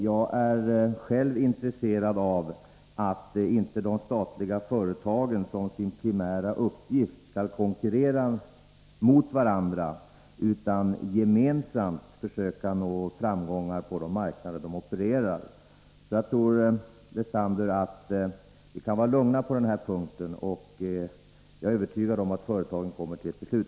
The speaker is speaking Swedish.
Jag är själv intresserad av att de statliga företagen inte skall se som sin primära uppgift att konkurrera med varandra utan gemensamt försöka nå framgångar på de marknader som de opererar på. Jag tror att vi kan vara lugna på den här punkten, Lestander. Jag är övertygad om att företagen kommer till ett beslut.